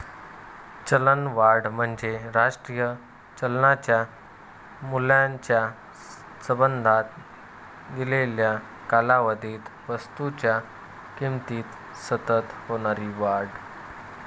चलनवाढ म्हणजे राष्ट्रीय चलनाच्या मूल्याच्या संबंधात दिलेल्या कालावधीत वस्तूंच्या किमतीत सतत होणारी वाढ